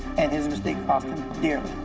and his mistake cost him dearly.